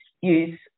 use